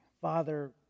Father